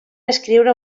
escriure